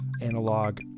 analog